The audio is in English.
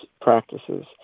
practices